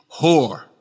whore